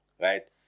right